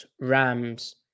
Rams